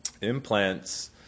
implants